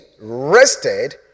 rested